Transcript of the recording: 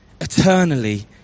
Eternally